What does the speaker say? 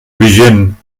vigent